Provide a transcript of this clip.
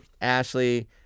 Ashley